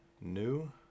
New